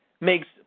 Makes